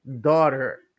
daughter